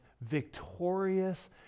victorious